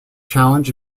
challenge